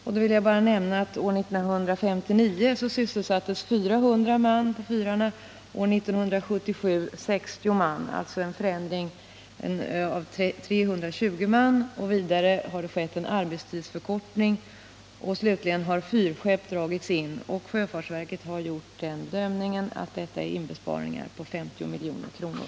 Jag vill bara nämna att år 1959 sysselsattes 400 man på fyrarna och att år 1977 sysselsattes 60 man — alltså en minskning med 340 man. Vidare har det skett en arbetstidsförkortning och slutligen har fyrskepp dragits in. Sjöfartsverket har gjort den bedömningen att dessa åtgärder har medfört inbesparingar på 50 milj.kr.